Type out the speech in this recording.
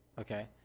okay